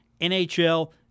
NHL